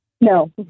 No